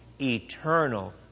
eternal